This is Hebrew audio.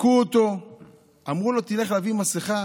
הכו אותו ואמרו לו: תלך להביא מסכה,